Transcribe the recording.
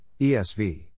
ESV